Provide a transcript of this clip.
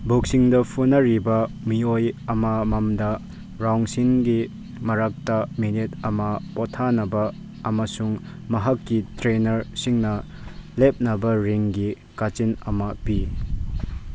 ꯕꯣꯛꯁꯤꯡꯗ ꯐꯨꯅꯔꯤꯕ ꯃꯤꯑꯣꯏ ꯑꯃꯃꯝꯗ ꯔꯥꯎꯟꯁꯤꯡꯒꯤ ꯃꯔꯛꯇ ꯃꯤꯅꯠ ꯑꯃ ꯄꯣꯊꯥꯅꯕ ꯑꯃꯁꯨꯡ ꯃꯍꯥꯛꯀꯤ ꯇ꯭ꯔꯦꯅꯔꯁꯤꯡꯅ ꯂꯦꯞꯅꯕ ꯔꯤꯡꯒꯤ ꯀꯥꯆꯤꯟ ꯑꯃ ꯄꯤ